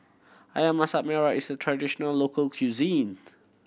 Ayam Masak Merah is a traditional local cuisine